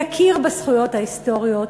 יכיר בזכויות ההיסטוריות,